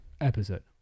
episode